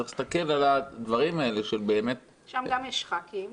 שם גם יש ח"כים.